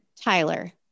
Tyler